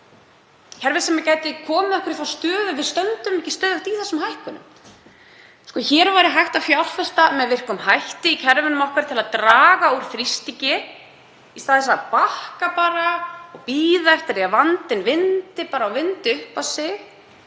kerfi sem gæti komið okkur í þá stöðu að við stæðum ekki stöðugt í þessum hækkunum. Hér væri hægt að fjárfesta með virkum hætti í kerfunum okkar til að draga úr þrýstingi í stað þess að bakka bara og bíða eftir því að vandinn vindi sífellt upp á sig,